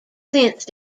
since